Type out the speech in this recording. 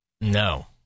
No